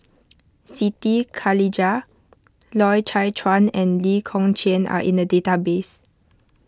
Siti Khalijah Loy Chye Chuan and Lee Kong Chian are in the database